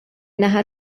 naħa